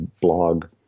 blog